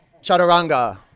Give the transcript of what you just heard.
Chaturanga